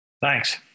Thanks